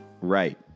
right